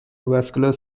vascular